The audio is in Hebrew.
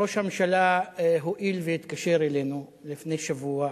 ראש הממשלה הואיל להתקשר אלינו לפני שבוע,